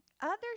others